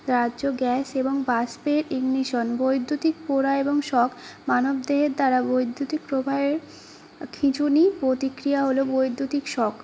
দাহ্য গ্যাস এবং বাষ্পের ইগনিশন বৈদ্যুতিক পোড়া এবং শক মানবদেহের দ্বারা বৈদ্যুতিক প্রবাহের খিঁচুনি প্রতিক্রিয়া হল বৈদ্যুতিক শক